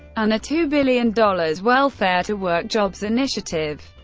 and a two billion dollars welfare-to-work jobs initiative.